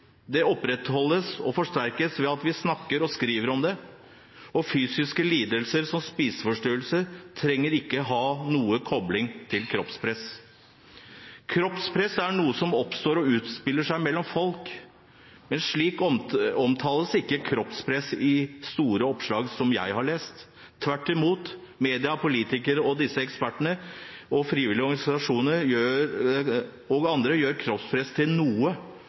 Det opprettholdes og forsterkes ved at vi snakker og skriver om det, og fysiske lidelser som spiseforstyrrelser trenger ikke ha noen kobling til kroppspress. Kroppspress er noe som oppstår og utspiller seg mellom folk, men slik omtales ikke kroppspress i store oppslag som jeg har lest. Tvert imot: Media, politikerne, disse ekspertene, frivillige organisasjoner og andre gjør kroppspress til noe